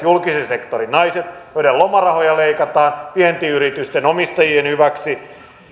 julkisen sektorin naiset joiden lomarahoja leikataan vientiyritysten omistajien hyväksi